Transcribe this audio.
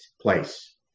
place